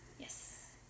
Yes